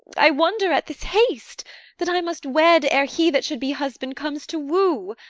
i wonder at this haste that i must wed ere he that should be husband comes to woo.